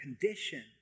condition